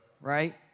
right